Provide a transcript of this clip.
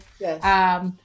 Yes